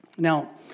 Now